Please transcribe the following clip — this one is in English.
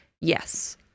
Yes